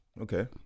Okay